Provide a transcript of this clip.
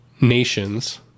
nations